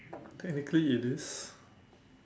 technically it is